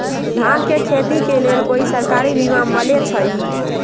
धान के खेती के लेल कोइ सरकारी बीमा मलैछई?